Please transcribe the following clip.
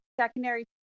secondary